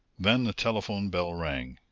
then the telephone bell rang.